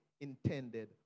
intended